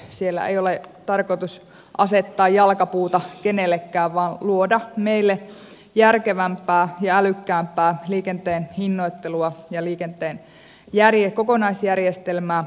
siellä ei ole tarkoitus asettaa jalkapuuta kenellekään vaan luoda meille järkevämpää ja älykkäämpää liikenteen hinnoittelua ja kokonaisjärjestelmää